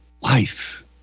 life